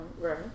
right